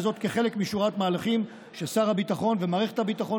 וזאת כחלק משורת מהלכים ששר הביטחון ומערכת הביטחון,